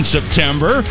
September